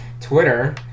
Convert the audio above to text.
Twitter